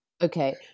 Okay